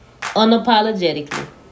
unapologetically